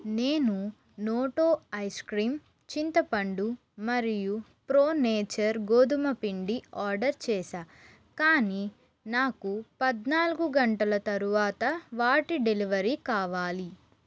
నేను Noto ice cream చింతపండు మరియు ప్రో నేచర్ గోధుమ పిండి ఆర్డర్ చేసా కానీ నాకు పద్నాలుగు గంటల తరువాత వాటి డెలివరీ కావాలి